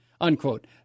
unquote